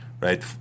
right